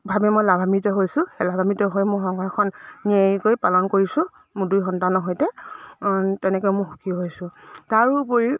ভাবে মই লাভান্বিত হৈছোঁ সেই লাভান্বিত হৈ মোৰ সংসাৰখন নিয়াৰিকৈ পালন কৰিছোঁ মোৰ দুই সন্তানৰ সৈতে তেনেকৈ মোৰ সুখী হৈছোঁ তাৰোপৰি